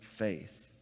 Faith